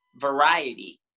Variety